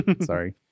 Sorry